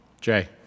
Jay